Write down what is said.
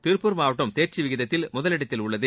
திருப்பூர் மாவட்டம் தேர்ச்சி வீதத்தில் முதலிடத்தில் உள்ளது